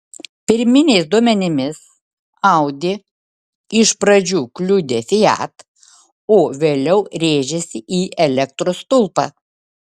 pirminiais duomenimis audi iš pradžių kliudė fiat o vėliau rėžėsi į elektros stulpą